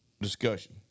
discussion